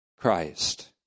Christ